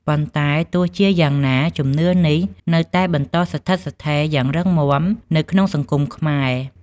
ប៉ុន្តែទោះជាយ៉ាងណា ជំនឿនេះនៅតែបន្តស្ថិតស្ថេរយ៉ាងរឹងមាំនៅក្នុងសង្គមខ្មែរ។